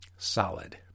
solid